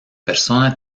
persona